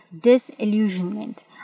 disillusionment